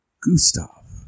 Gustav